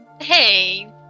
Hey